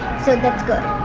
so that's good.